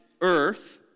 earth